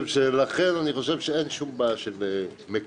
לכן אני חושב שאין שום בעיה של מקורות.